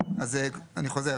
אני חוזר.